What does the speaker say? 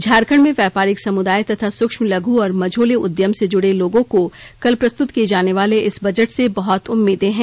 झारखण्ड में व्यापारिक समुदाय तथा सुक्ष्म लघु और मझोले उद्यम से जुड़े लोगों को कल प्रस्तुत किए जाने वाले इस बजट से बहुत उम्मीदें हैं